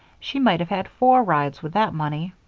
she might have had four rides with that money.